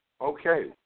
Okay